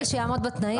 כל מי שיעמוד בתנאים.